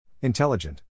Intelligent